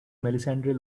melissandre